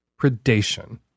predation